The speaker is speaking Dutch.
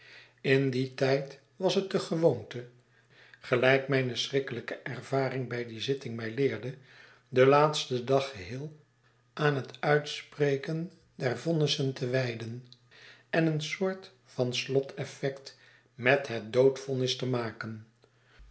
in dien tijd was het de gewoonte gelijk mijne schrikkelijke ervaring bij die zitting mij leerde den laatsten dag geheel aan het uitspreken der vonnissen te wijden en een soort van sloteffect met het doodvonniste maken